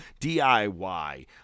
DIY